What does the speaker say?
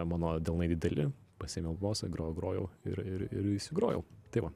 mano delnai dideli pasiėmiau bosą grojau grojau ir ir ir įsigrojau tai va